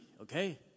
okay